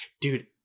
dude